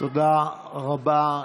תודה רבה.